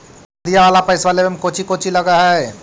सुदिया वाला पैसबा लेबे में कोची कोची लगहय?